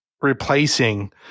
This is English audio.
replacing